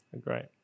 Great